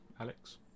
Alex